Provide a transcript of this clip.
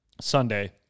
Sunday